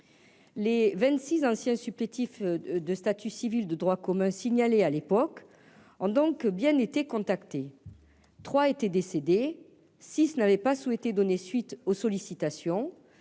les 26 anciens supplétifs de statut civil de droit commun, signalé à l'époque en donc bien été contacté trois étaient décédées, si ce n'avait pas souhaité donner suite aux sollicitations,